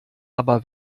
aber